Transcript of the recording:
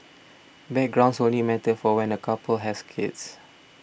backgrounds only matter for when a couple has kids